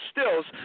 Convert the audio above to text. Stills